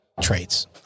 traits